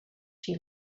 she